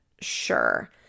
sure